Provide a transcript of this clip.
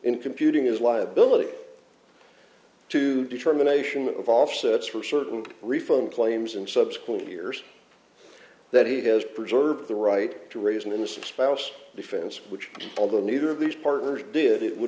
in computing is liability to determination of offsets for certain refund claims and subsequent years that he has preserved the right to raise an innocent spouse defense which although neither of these partners did it would